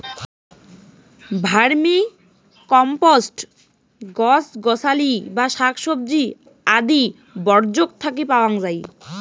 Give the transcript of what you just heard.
vermicompost গছ গছালি বা শাকসবজি আদি বর্জ্যক থাকি পাওয়াং যাই